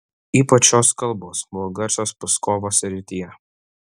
ypač šios kalbos buvo garsios pskovo srityje